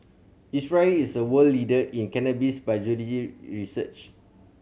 Israel is a world leader in cannabis biology research